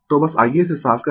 तो बस आइये इसे साफ करें